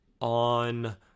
on